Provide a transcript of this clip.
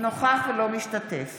אינו משתתף